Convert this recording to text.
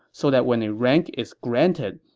so that when a rank is granted,